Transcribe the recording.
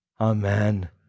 Amen